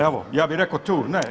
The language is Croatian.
Evo ja bih rekao tu ne.